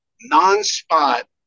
non-spot